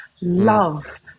love